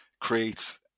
creates